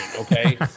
okay